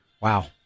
Wow